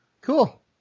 Cool